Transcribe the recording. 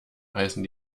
heißen